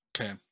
Okay